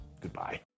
Goodbye